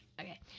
okay